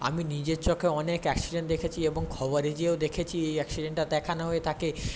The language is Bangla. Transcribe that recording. আমি নিজের চোখে অনেক অ্যাক্সিডেন্ট দেখেছি এবং খবরে যেও দেখেছি এই অ্যাক্সিডেন্টটা দেখানো হয়ে থাকে